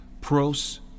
pros